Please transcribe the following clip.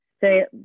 say